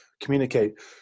communicate